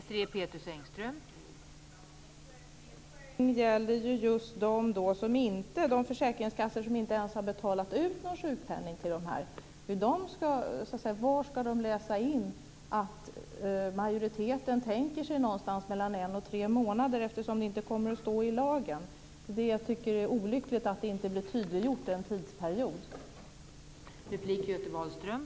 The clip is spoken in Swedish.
Fru talman! Min fråga gäller just de försäkringskassor som inte ens har betalat ut någon sjukpenning till de intermittent anställda. Var ska de läsa in att majoriteten tänker sig en tidsperiod någonstans mellan en och tre månader, eftersom det inte kommer att stå i lagen? Jag tycker att det är olyckligt att inte en tidsperiod blir tydliggjord.